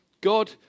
God